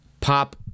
pop